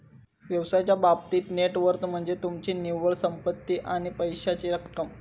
व्यवसायाच्या बाबतीत net worth म्हनज्ये तुमची निव्वळ संपत्ती आणि पैशाची रक्कम